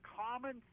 common